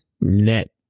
net